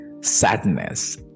sadness